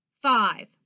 Five